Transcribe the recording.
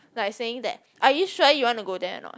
like saying that are you sure you wanna go there or not